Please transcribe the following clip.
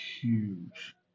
huge